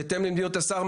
בהתאם למדיניות השר,